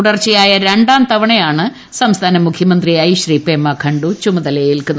തുടർച്ചയായ രണ്ടാം തവണയാണ് സംസ്ഥാന മുഖ്യമന്ത്രിയായി ശ്രീ പേമാഖണ്ഡു ചുമതലയേൽക്കുന്നത്